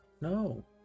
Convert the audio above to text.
No